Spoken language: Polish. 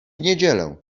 niedzielę